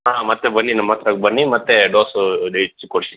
ಹಾಂ ಮತ್ತೆ ಬನ್ನಿ ನಮ್ಮ ಹತ್ರಕ್ ಬನ್ನಿ ಮತ್ತೆ ಡೋಸೂ ಅದು ಹೆಚ್ಚು ಕೊಡ್ತಿನಿ